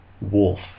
Wolf